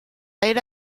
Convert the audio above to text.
era